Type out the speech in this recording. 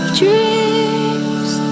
dreams